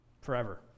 forever